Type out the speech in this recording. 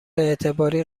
اعتباری